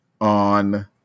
on